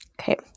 Okay